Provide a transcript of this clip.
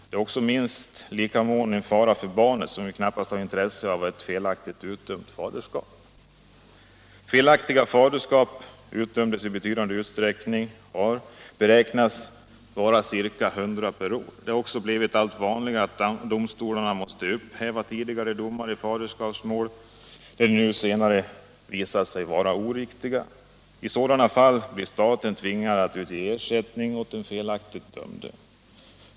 Det är i minst lika mån en fara för barnet, som ju knappast har intresse av ett felaktigt utdömt faderskap. Felaktiga faderskap utdöms i betydande utsträckning — antalet beräknas till ca 100 om året. Det har också blivit allt vanligare att domstolarna måste upphäva tidigare domar i faderskapsmål, när domarna senare visat sig vara oriktiga. I sådana fall blir staten tvingad att utge ersättning till den felaktigt dömde.